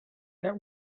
that